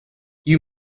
you